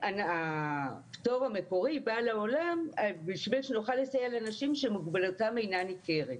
והפטור המקורי בא לעולם בשביל שנוכל לסייע לאנשים שמוגבלותם אינה ניכרת.